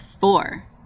four